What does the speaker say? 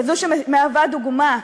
כזאת שמהווה דוגמה,